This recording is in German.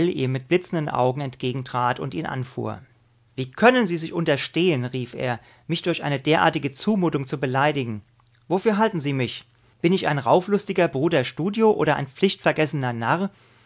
mit blitzenden augen entgegentrat und ihn anfuhr wie können sie sich unterstehen rief er mich durch eine derartige zumutung zu beleidigen wofür halten sie mich bin ich ein rauflustiger bruder studio oder ein pflichtvergessener narr